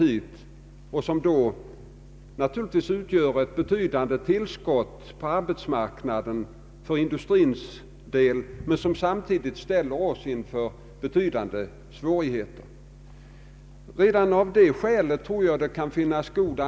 Dessa utgör naturligtvis ett betydande tillskott för industrins och den övriga arbetsmarknadens del men ställer oss samtidigt inför betydande svårigheter när det gäller bostadsanskaffning.